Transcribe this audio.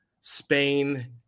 Spain